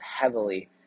heavily